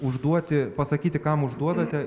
užduoti pasakyti kam užduodate